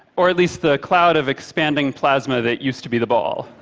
or at least the cloud of expanding plasma that used to be the ball,